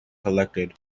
collected